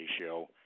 ratio